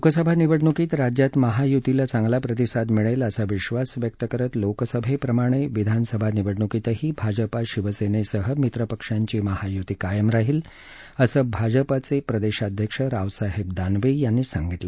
लोकसभा निवडणुकीत राज्यात महायुतीला चांगला प्रतिसाद मिळेल असा विश्वास व्यक्त करत लोकसभेप्रमाणे विधानसभा निवडणुकीतही भाजपा शिवसेनेसह मित्रपक्षांची महायुती कायम राहील असं भाजपा प्रदेशाध्यक्ष रावसाहेब दानवे यांनी सांगितलं